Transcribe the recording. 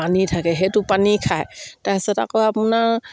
পানী থাকে সেইটো পানী খায় তাৰপিছত আকৌ আপোনাৰ